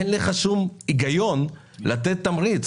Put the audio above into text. אין לך שום היגיון לתת תמריץ.